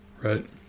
right